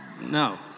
No